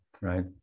right